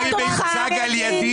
הממשלה, קארין.